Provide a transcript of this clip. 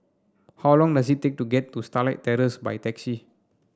how long does it take to get to Starlight Terrace by taxi